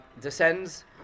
descends